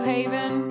Haven